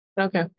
okay